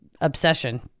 obsession